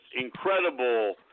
incredible –